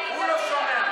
הוא לא שומע.